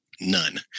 none